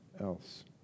else